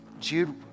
Jude